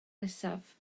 nesaf